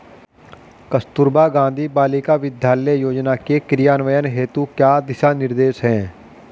कस्तूरबा गांधी बालिका विद्यालय योजना के क्रियान्वयन हेतु क्या दिशा निर्देश हैं?